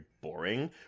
boring